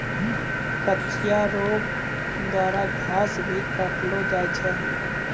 कचिया रो द्वारा घास भी काटलो जाय छै